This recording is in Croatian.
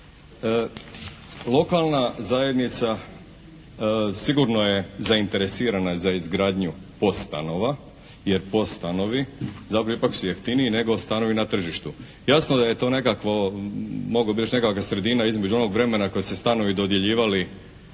Lokalna zajednica sigurno je zainteresirana za izgradnju POS stanova jer POS stanovi … /Govornik se ne razumije./ … ipak su jeftiniji nego stanovi na tržištu. Jasno da je to nekakvo, mogao bih reći nekakva sredina između onog vremena kad su se stanovi dodjeljivali,